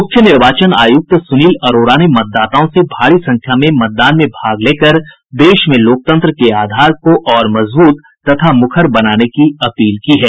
मुख्य निर्वाचन आयुक्त सुनील अरोड़ा ने मतदाताओं से भारी संख्या में मतदान में भाग लेकर देश में लोकतंत्र के आधार को मजबूत तथा मुखर बनाने की अपील की है